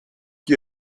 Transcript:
you